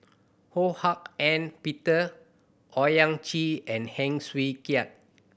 Ho Hak Ean Peter Owyang Chi and Heng Swee